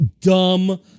dumb